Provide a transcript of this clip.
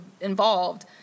involved